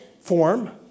form